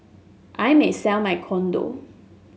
I may sell my condo